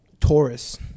Taurus